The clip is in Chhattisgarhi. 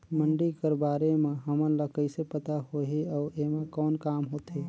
मंडी कर बारे म हमन ला कइसे पता होही अउ एमा कौन काम होथे?